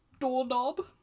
doorknob